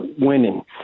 winning